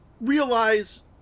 realize